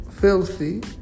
filthy